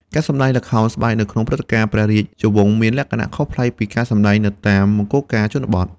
ការសម្តែងល្ខោនស្បែកនៅក្នុងព្រឹត្តិការណ៍ព្រះរាជវង្សមានលក្ខណៈខុសប្លែកពីការសម្តែងនៅតាមមង្គលការជនបទ។